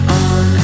on